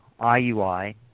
IUI